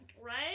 Right